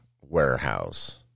warehouse